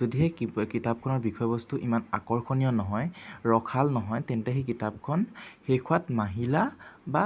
যদিহে কি কিতাপখনৰ বিষয়বস্তু ইমান আকৰ্ষণীয় নহয় ৰসাল নহয় তেন্তে সেই কিতাপখন শেষ হোৱাত মাহিলা বা